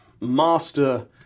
master